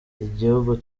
igihugu